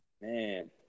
Man